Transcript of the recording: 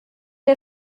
der